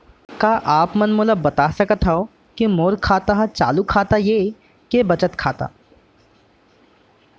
का आप मन मोला बता सकथव के मोर खाता ह चालू खाता ये के बचत खाता?